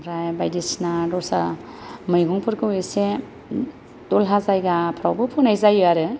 ओमफ्राय बायदिसिना दस्रा मैगंफोरखौ इसे दलहा जायगाफोरावबो फोनाय जायो आरो